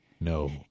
No